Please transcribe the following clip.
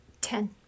Ten